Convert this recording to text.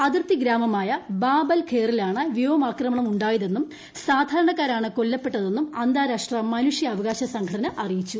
അതിർത്തി ഗ്രാമമായ ബാബ് അൽ ഖേറിലാണ് വ്യോമാക്രമണം ഉണ്ടായതെന്നും സാധാരണക്കാരാണ് കൊല്ലപ്പെട്ടതെന്നും അന്താരാഷ്ട്ര മനുഷ്യാവകാശ സംഘടന അറിയിച്ചു